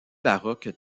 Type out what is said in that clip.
baroque